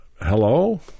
Hello